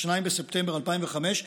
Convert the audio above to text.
2 בספטמבר 2005,